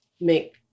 make